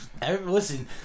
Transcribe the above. Listen